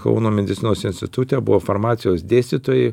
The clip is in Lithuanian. kauno medicinos institute buvo farmacijos dėstytojai